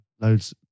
loads